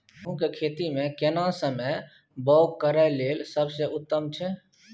गहूम के खेती मे केना समय बौग करय लेल सबसे उत्तम छै?